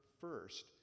first